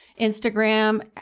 Instagram